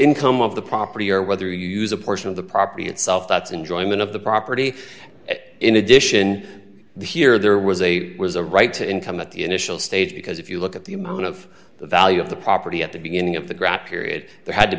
income of the property or whether you use a portion of the property itself that's enjoyment of the property in addition here there was a was a right to income at the initial stage because if you look at the amount of the value of the property at the beginning of the